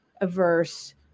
averse